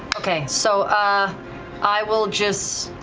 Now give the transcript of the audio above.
okay, so ah i will just